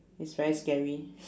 it's very scary